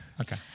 okay